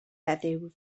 heddiw